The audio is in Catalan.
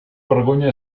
vergonya